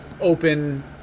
open